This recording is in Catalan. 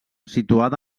situada